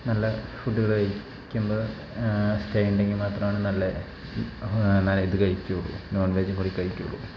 നല്ല ഫുഡുകൾ കഴിക്കുമ്പോൾ സ്റ്റേ ഉണ്ടെങ്കിൽ മാത്രമാണ് നല്ല ഇത് കഴിക്കുള്ളൂ നോൺ വെജ് കൂടി കഴിക്കുകയുള്ളൂ